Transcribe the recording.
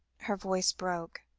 her voice broke